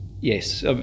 Yes